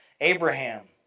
Abraham